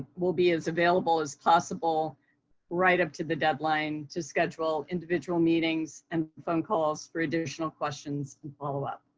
we'll be as available as possible right up to the deadline to schedule individual meetings and phone calls for additional questions and follow-up.